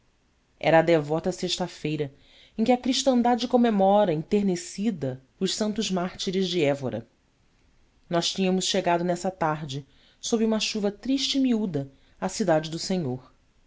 era a devota sexta-feira em que a cristandade comemora enternecida os santos mártires de évora nós tínhamos chegado nessa tarde sob uma chuva triste e miúda à cidade do senhor